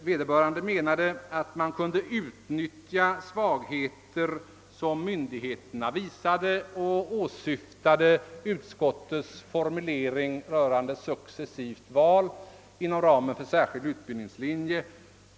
Vederbörande menade att man skulle »utnyttja svagheter som myndigheterna visat» och åsyftade utskottets formulering rörande successivt val inom ramen för särskild utbildningslinje.